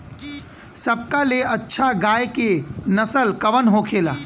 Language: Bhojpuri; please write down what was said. सबका ले अच्छा गाय के नस्ल कवन होखेला?